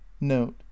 Note